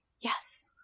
Yes